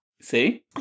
See